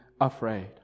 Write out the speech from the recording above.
afraid